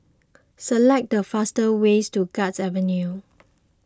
select the fastest ways to Guards Avenue